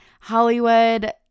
Hollywood